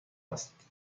است